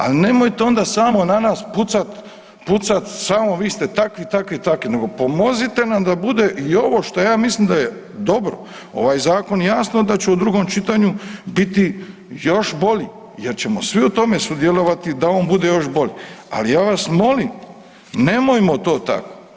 Ali nemojte samo onda na nas pucat, pucat samo vi ste takvi, takvi, takvi nego pomozite nam da bude i ovo što ja mislim da je dobro, ovaj zakon jasno da će u drugom čitanju biti još bolji jer ćemo svi u tome sudjelovati da on bude još bolji, ali ja vas molim nemojmo to tako.